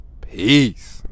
Peace